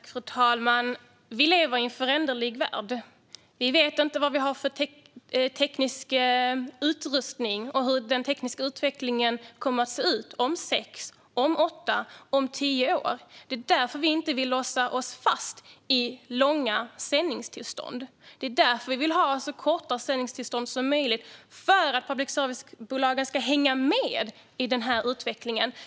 Fru talman! Vi lever i en föränderlig värld. Vi vet inte vilken teknisk utrustning vi kommer att ha eller hur den tekniska utvecklingen kommer att se ut om sex, åtta eller tio år. Därför vill vi inte låsa fast oss i långa sändningstillstånd, utan vi vill ha så korta sändningstillstånd som möjligt för att public service-bolagen ska kunna hänga med i utvecklingen.